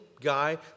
guy